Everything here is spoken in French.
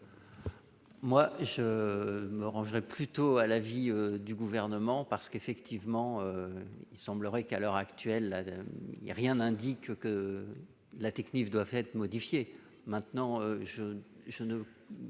? Je me rangerai plutôt à l'avis du Gouvernement. Effectivement, il semblerait que, à l'heure actuelle, rien n'indique que la technique doive être modifiée. Cela dit, je ne